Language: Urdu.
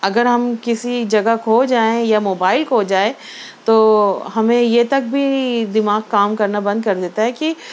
اگر ہم کسی جگہ کھو جائیں یا موبائل کھو جائے تو ہمیں یہ تک بھی دماغ کام کرنا بند کردیتا ہے کہ فون